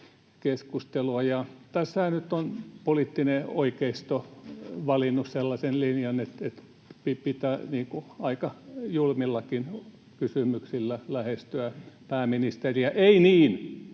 keskustelua. Tässähän nyt on poliittinen oikeisto valinnut sellaisen linjan, että pitää aika julmillakin kysymyksillä lähestyä pääministeriä. Ei niin,